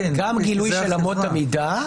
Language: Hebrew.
גם גילוי של אמות המידה,